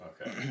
Okay